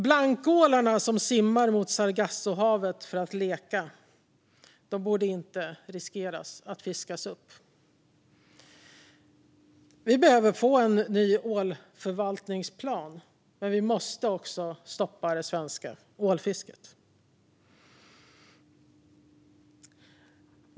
Blankålarna som simmar mot Sargassohavet för att leka borde inte löpa risk att fiskas upp. Vi behöver få en ny ålförvaltningsplan, men vi måste också stoppa det svenska ålfisket.